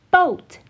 Boat